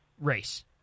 race